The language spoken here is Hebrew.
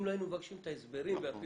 אם לא היינו מבקשים את ההסברים והפירוט,